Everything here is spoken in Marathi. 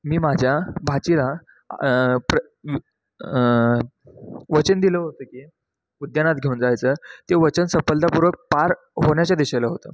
मी माझ्या भाचीला प्र वचन दिलं होतं की उद्यानात घेऊन जायचं ते वचन सफलतापूर्वक पार होण्याच्या दिशेला होतं